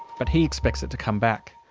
but he expects it to come back.